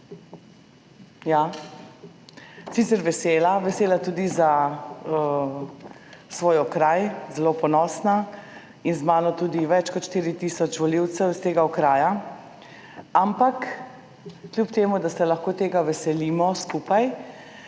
sicer vesela, vesela tudi za svoj okraj, zelo ponosna - in z mano tudi več kot 4 tisoč volivcev iz tega okraja -, ampak kljub temu, da se lahko tega veselimo, pa